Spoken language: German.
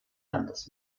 landes